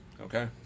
Okay